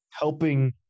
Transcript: helping